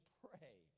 pray